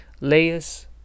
layers